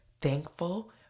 thankful